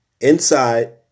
inside